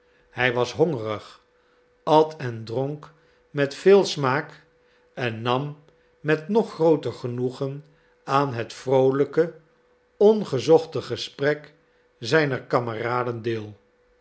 hij was hongerig at en dronk met veel smaak en nam met nog grooter genoegen aan het vroolijke ongezochte gesprek zijner kameraden deel